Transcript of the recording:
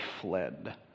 fled